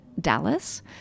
Dallas